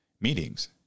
meetings